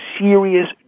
serious